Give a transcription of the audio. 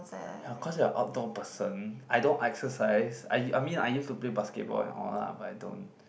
ya cause you're outdoor person I don't exercise I I mean I used to play basketball and all lah but I don't